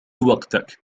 وقتك